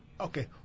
Okay